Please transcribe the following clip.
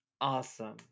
Awesome